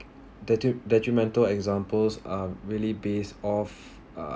detri~ detrimental examples are really based of uh